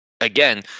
again